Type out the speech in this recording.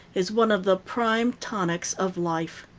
is one of the prime tonics of life.